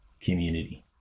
community